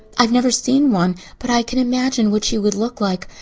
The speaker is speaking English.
i've never seen one, but i can imagine what she would look like.